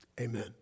Amen